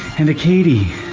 and a katie!